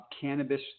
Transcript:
cannabis